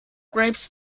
grapes